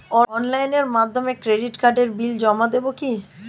অনলাইনের মাধ্যমে ক্রেডিট কার্ডের বিল জমা দেবো কি?